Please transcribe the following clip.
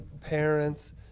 parents